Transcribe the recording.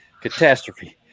catastrophe